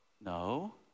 No